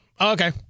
Okay